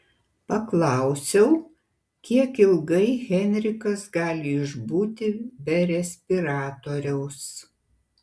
paklausiau kiek ilgai henrikas gali išbūti be respiratoriaus